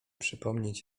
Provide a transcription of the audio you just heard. przypomnieć